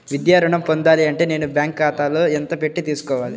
విద్యా ఋణం పొందాలి అంటే నేను బ్యాంకు ఖాతాలో ఎంత పెట్టి తీసుకోవాలి?